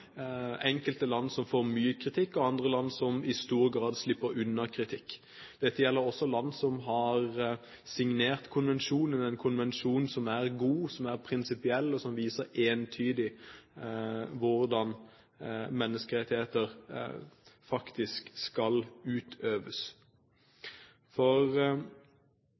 enkelte land som får mye kritikk, og andre land som i stor grad slipper unna kritikk. Dette gjelder også land som har signert konvensjonen – en konvensjon som er god, som er prinsipiell, og som viser entydig hvordan menneskerettigheter faktisk skal utøves. For